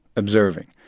observing.